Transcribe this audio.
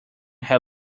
had